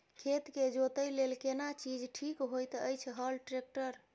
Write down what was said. खेत के जोतय लेल केना चीज ठीक होयत अछि, हल, ट्रैक्टर?